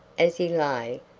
as he lay,